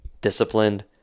Disciplined